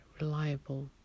reliable